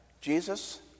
Jesus